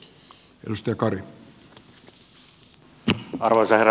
arvoisa herra puhemies